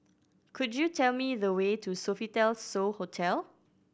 could you tell me the way to Sofitel So Hotel